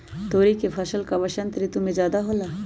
तोरी के फसल का बसंत ऋतु में ज्यादा होला?